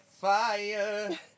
fire